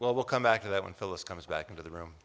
well we'll come back to that when phyllis comes back into the room